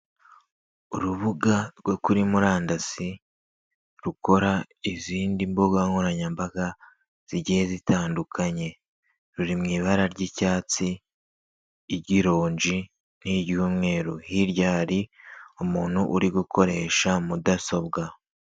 Urubuga rwo kuri murandasi rukora izindi mbuga nkoranyambaga zigiye zitandukanye. Ruri mu ibara ry'icyatsi igirongi n'iry'umweru hirya hari umuntu uri gukoresha mudasobwa.